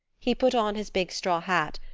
he put on his big straw hat,